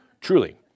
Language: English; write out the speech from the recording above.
truly